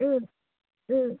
ও ও